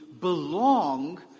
belong